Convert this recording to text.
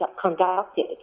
conducted